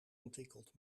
ontwikkeld